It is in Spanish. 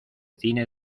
cine